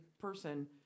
person